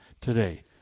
today